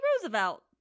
Roosevelt